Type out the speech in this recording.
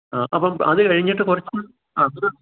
ആ അപ്പം അത് കഴിഞ്ഞിട്ട് കുറച്ച്